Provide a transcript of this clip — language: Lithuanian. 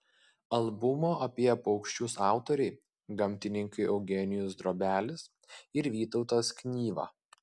albumo apie paukščius autoriai gamtininkai eugenijus drobelis ir vytautas knyva